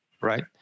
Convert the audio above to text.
right